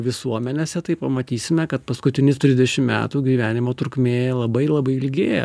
visuomenėse tai pamatysime kad paskutinius trisdešim metų gyvenimo trukmė labai labai ilgėja